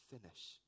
finish